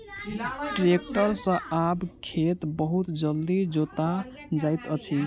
tractor सॅ आब खेत बहुत जल्दी जोता जाइत अछि